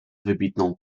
wybitną